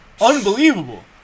Unbelievable